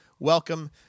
Welcome